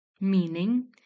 Meaning